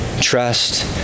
Trust